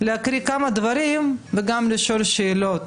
להקריא כמה דברים וגם לשאול שאלות